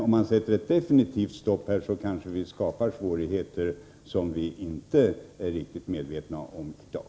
Om vi sätter ett definitivt stopp, kanske vi skapar svårigheter som vi inte är riktigt medvetna om i dag.